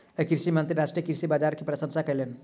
कृषि मंत्री राष्ट्रीय कृषि बाजार के प्रशंसा कयलैन